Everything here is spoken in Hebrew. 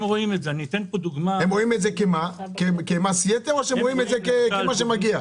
הם רואים את זה כמס יתר או שהם רואים את זה כמה שמגיע?